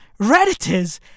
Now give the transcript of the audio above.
Redditors